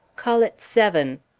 call it seven.